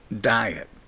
diet